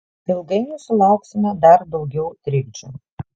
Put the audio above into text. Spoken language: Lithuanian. ilgainiui sulauksime dar daugiau trikdžių